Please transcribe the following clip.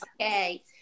okay